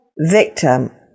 victim